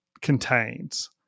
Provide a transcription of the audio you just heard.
contains